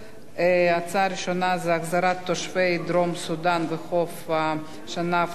הנושא הראשון: החזרת תושבי דרום-סודן וחוף-השנהב למדינותיהם,